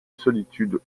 solitude